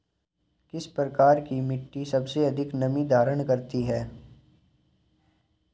किस प्रकार की मिट्टी सबसे अधिक नमी धारण कर सकती है?